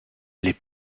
les